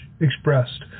expressed